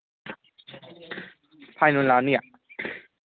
ꯐꯥꯏꯟ ꯑꯣꯏ ꯂꯥꯛꯑꯅꯤꯌꯦ